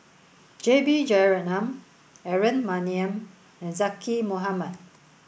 J B Jeyaretnam Aaron Maniam and Zaqy Mohamad